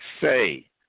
say